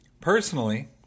personally